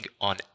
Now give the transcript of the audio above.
on